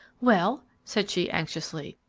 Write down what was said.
well, said she anxiously,